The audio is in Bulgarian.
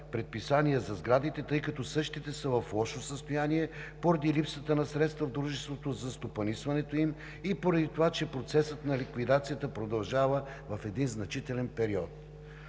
предписания за сградите, тъй като същите са в лошо състояние поради липсата на средства в дружеството за стопанисването им и поради това, че процесът на ликвидацията продължава в един значителен период.